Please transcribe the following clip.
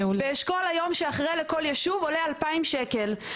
באשכול היום שאחרי לכל ישוב עולה 2,000 שקלים.